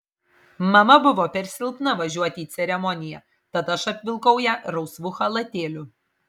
mama buvo per silpna važiuoti į ceremoniją tad aš apvilkau ją rausvu chalatėliu